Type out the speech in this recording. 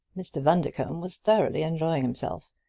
mr. bundercombe was thoroughly enjoying himself.